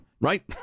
right